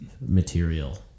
material